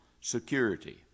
security